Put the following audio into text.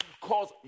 Cause